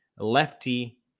lefty